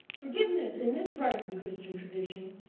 forgiveness, in this part of the christian tradition,